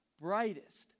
brightest